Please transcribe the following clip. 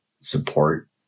support